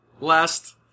Last